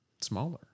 smaller